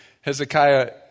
Hezekiah